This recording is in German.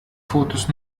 fotos